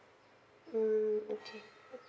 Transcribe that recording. mm okay